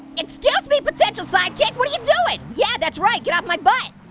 excuse me, potential sidekick, what are you doing? yeah, that's right, get off my butt.